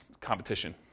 competition